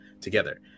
together